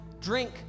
drink